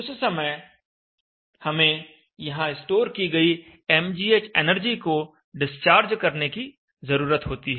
उस समय हमें यहां स्टोर की गई mgh एनर्जी को डिस्चार्ज करने की जरूरत होती है